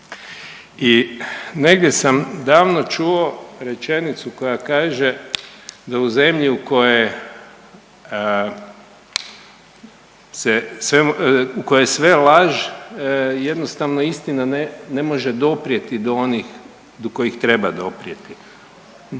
I negdje sam davno čuo rečenicu koja kaže da u zemlji u kojoj je sve laž jednostavno istina ne može doprijeti do onih do kojih treba doprijeti.